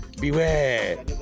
beware